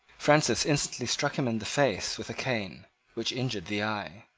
francis instantly struck him in the face with a cane which injured the eye.